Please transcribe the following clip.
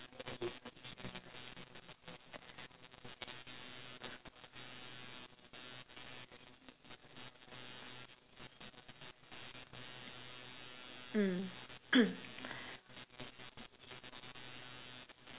mm